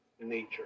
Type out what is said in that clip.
nature